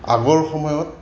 আগৰ সময়ত